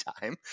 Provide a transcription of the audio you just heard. time